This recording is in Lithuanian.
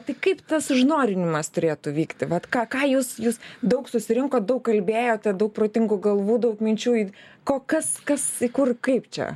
tai kaip tas užnorinimas turėtų vykti vat ką ką jūs jūs daug susirinkot daug kalbėjote daug protingų galvų daug minčių id ko kas kas į kur kaip čia